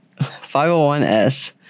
501s